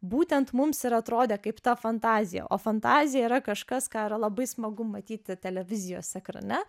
būtent mums ir atrodė kaip ta fantazija o fantazija yra kažkas ką yra labai smagu matyti televizijos ekrane